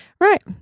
Right